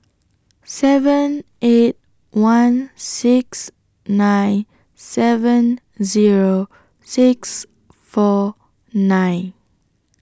seven eight one six nine seven Zero six four nine